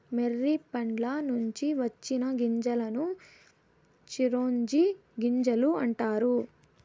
మొర్రి పండ్ల నుంచి వచ్చిన గింజలను చిరోంజి గింజలు అంటారు